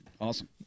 awesome